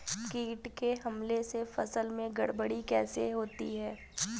कीट के हमले से फसल में गड़बड़ी कैसे होती है?